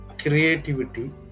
creativity